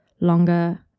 longer